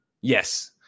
yes